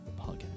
podcast